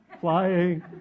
flying